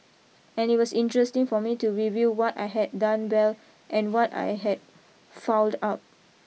and it was interesting for me to review what I had done well and what I had fouled up